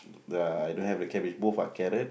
uh I don't have the cabbage both are carrot